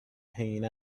hanging